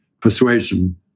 persuasion